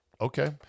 okay